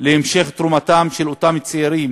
להמשך תרומתם של אותם צעירים